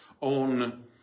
on